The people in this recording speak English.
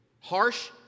Harsh